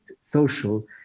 social